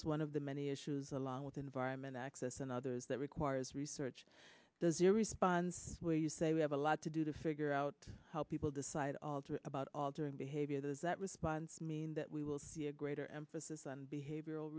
behaviors one of the many issues along with environment access and others that requires research does your response will you say we have a lot to do to figure out how people decide about all doing behavior those that respond mean that we will see a greater emphasis on behavioral